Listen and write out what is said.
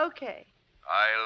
Okay